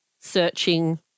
searching